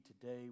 today